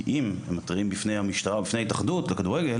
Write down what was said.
כי אם הם מתריעים בפני המשטרה או בפני ההתאחדות לכדורגל